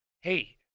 hey